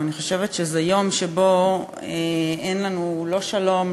ואני חושבת שזה יום שבו אין לנו לא שלום,